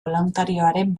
boluntarioren